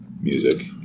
music